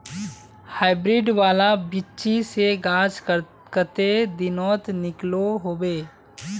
Hybrid वाला बिच्ची से गाछ कते दिनोत निकलो होबे?